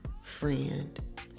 friend